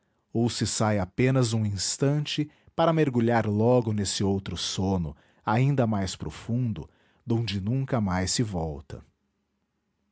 ou se sai apenas um instante para mergulhar logo nesse outro sono ainda mais profundo donde nunca mais se volta